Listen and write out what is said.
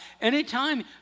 Anytime